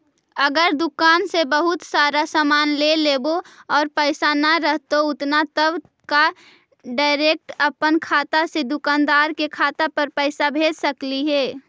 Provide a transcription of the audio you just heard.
अगर दुकान से बहुत सारा सामान ले लेबै और पैसा न रहतै उतना तब का डैरेकट अपन खाता से दुकानदार के खाता पर पैसा भेज सकली हे?